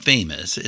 Famous